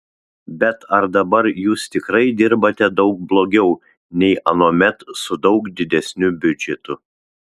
bet ar dabar jūs tikrai dirbate daug blogiau nei anuomet su daug didesniu biudžetu